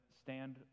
stand